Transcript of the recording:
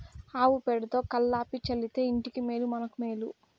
ఆవు పేడతో కళ్లాపి చల్లితే ఇంటికి మేలు మనకు మేలు